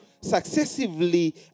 successively